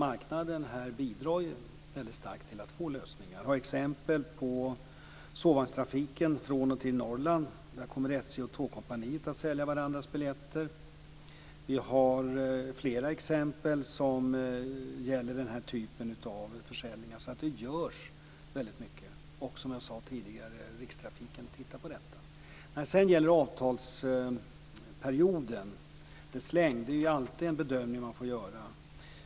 Marknaden bidrar ju starkt till lösningar. När det gäller sovvagnstrafiken till och från Norrland kommer SJ och Tågkompaniet att sälja varandras biljetter. Det finns fler exempel som gäller den här typen av försäljningar, så det görs mycket. Och som jag sade tidigare tittar Rikstrafiken på detta. När det gäller avtalsperiodens längd får man alltid göra en bedömning.